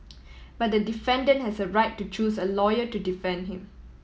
but the defendant has a right to choose a lawyer to defend him